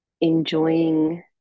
enjoying